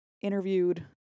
interviewed